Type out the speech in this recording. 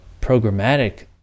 programmatic